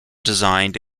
designed